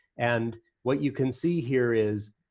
and what you can see here is